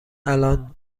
الان